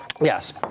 Yes